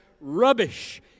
rubbish